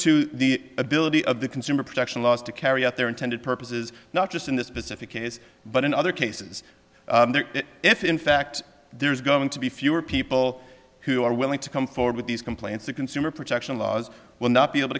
to the ability of the consumer protection laws to carry out their intended purposes not just in this specific case but in other cases if in fact there's going to be fewer people who are willing to come forward with these complaints the consumer protection laws will not be able